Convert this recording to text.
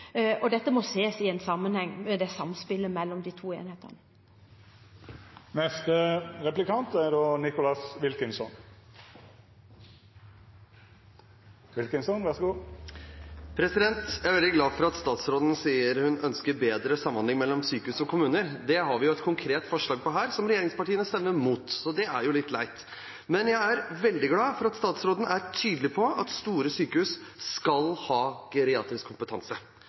Dette samspillet mellom de to enhetene må ses i en sammenheng. Jeg er veldig glad for at statsråden sier at hun ønsker bedre samhandling mellom sykehus og kommuner. Det har vi et konkret forslag om her, som regjeringspartiene stemmer imot. Det er jo litt leit. Men jeg veldig glad for at statsråden er tydelig på at store sykehus skal ha geriatrisk kompetanse,